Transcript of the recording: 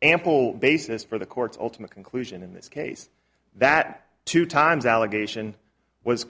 ample basis for the court's ultimate conclusion in this case that two times allegation was